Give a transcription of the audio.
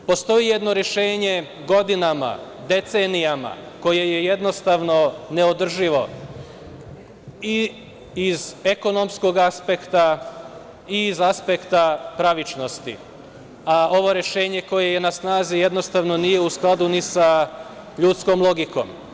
Postoji jedno rešenje godinama, decenijama, koje je jednostavno neodrživo i iz ekonomskog aspekta i iz aspekta pravičnosti, a ovo rešenje koje je na snazi jednostavno nije u skladu ni sa ljudskom logikom.